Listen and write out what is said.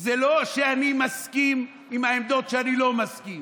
זה לא שאני מסכים לעמדות שאני לא מסכים